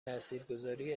تاثیرگذاری